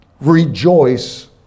Rejoice